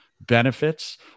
benefits